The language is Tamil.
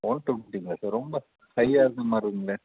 ஒன் டூ ஃபிஃப்ட்டிங்களா சார் ரொம்ப ஹையா இருக்க மாதிர்ருக்குங்களே